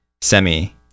Semi